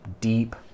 deep